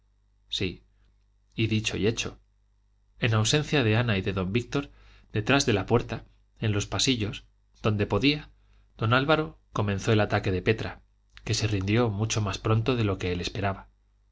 sí y dicho y hecho en ausencia de ana y de don víctor detrás de la puerta en los pasillos donde podía don álvaro comenzó el ataque de petra que se rindió mucho más pronto de lo que él esperaba